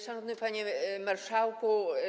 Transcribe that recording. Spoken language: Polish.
Szanowny Panie Marszałku!